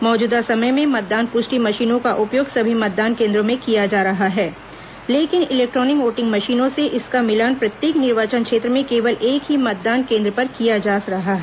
मौजूदा समय में मतदान पुष्टि मशीनों का उपयोग सभी मतदान केंद्रो में किया जा रहा है लेकिन इलेक्ट्रॉनिक वोटिंग मशीनों से इसका मिलान प्रत्येक निर्वाचन क्षेत्र में केवल एक ही मतदान केंद्र पर किया जा रहा है